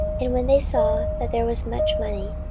and when they saw that there was much money,